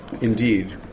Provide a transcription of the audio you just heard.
Indeed